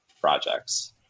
projects